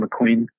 McQueen